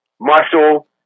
muscle